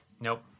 Nope